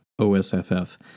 OSFF